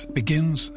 begins